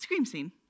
Screamscene